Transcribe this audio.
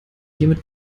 hiermit